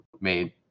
made